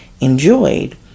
enjoyed